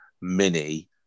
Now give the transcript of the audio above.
mini